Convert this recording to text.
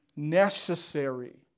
necessary